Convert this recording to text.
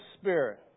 spirit